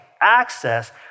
access